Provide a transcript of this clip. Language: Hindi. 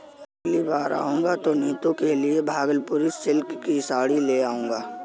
अगली बार आऊंगा तो नीतू के लिए भागलपुरी सिल्क की साड़ी ले जाऊंगा